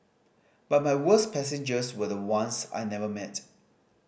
but my worst passengers were the ones I never met